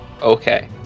Okay